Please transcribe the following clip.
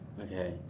Okay